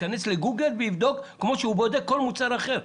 שייכנס לגוגל ויבדוק, כפי שהוא בודק כל מוצר אחר.